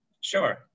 Sure